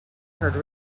heard